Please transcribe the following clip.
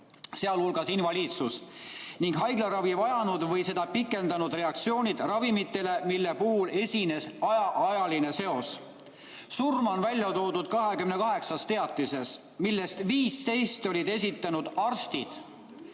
sealhulgas invaliidsus, ning haiglaravi vajanud või seda pikendanud reaktsioonid ravimitele, mille puhul esines ajaline seos. Surma on välja toodud 28 teatises, millest 15 olid esitanud arstid.